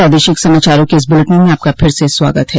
प्रादेशिक समाचारों के इस बुलेटिन में आपका फिर से स्वागत है